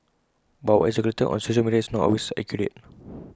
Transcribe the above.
but what is circulated on social media is not always accurate